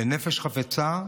בנפש חפצה,